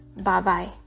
bye-bye